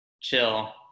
chill